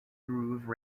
groove